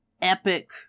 epic